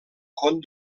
con